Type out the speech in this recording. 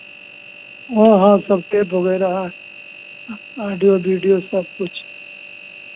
हाँ हाँ सब टेप वगैरह है ऑडियो वीडियो सब कुछ